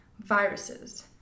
Viruses